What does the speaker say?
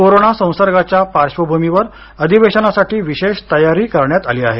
corona संसर्गाच्या पार्श्वभूमीवर अधिवेशनासाठी विशेष तयारी करण्यात आली आहे